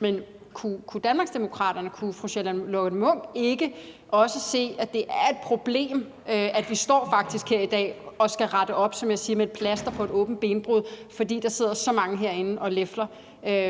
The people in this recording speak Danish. Men kan Danmarksdemokraterne og fru Charlotte Munch ikke også se, at det er et problem, at vi faktisk står her i dag og skal rette op, som jeg siger, med et plaster på et åbent benbrud, fordi der sidder så mange herinde og lefler